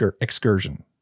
excursion